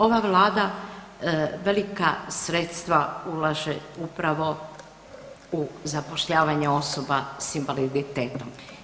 Ova Vlada velika sredstva ulaže upravo u zapošljavanje osoba sa invaliditetom.